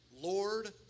Lord